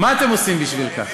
מה אתם עושים בשביל כך?